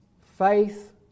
faith